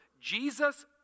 Jesus